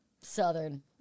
southern